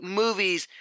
movies